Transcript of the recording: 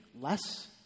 less